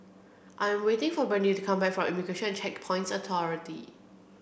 I'm waiting for Brandie to come back from Immigration and Checkpoints Authority